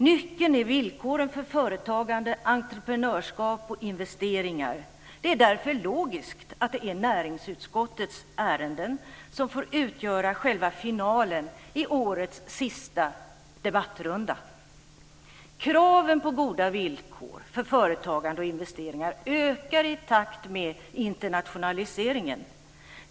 Nyckeln är villkoren för företagande, entreprenörskap och investeringar. Det är därför logiskt att det är näringsutskottets ärenden som får utgöra själva finalen i årets sista debattrunda. Kraven på goda villkor för företagande och investeringar ökar i takt med internationaliseringen.